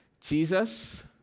Jesus